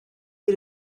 you